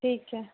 ठीक है